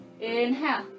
Inhale